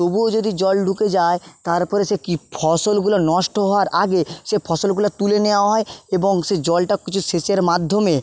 তবুও যদি জল ঢুকে যায় তারপরে সে কি ফসলগুলা নষ্ট হওয়ার আগে সে ফসলগুলা তুলে নেওয়া হয় এবং সে জলটাও কিছু সেচের মধ্যমে